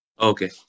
Okay